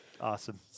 Awesome